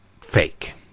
fake